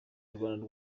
urwanda